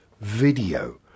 video